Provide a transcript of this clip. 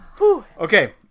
okay